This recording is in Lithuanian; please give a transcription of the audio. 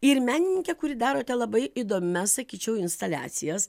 ir menininkė kuri darote labai įdomias sakyčiau instaliacijas